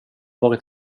varit